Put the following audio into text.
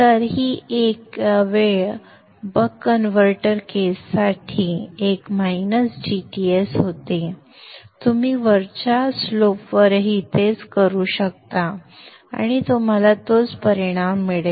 तर ही वेळ बक कन्व्हर्टर केससाठी एक मायनस dTs होती तुम्ही वरच्या उतारावरही तेच करू शकता आणि तुम्हाला तोच परिणाम मिळेल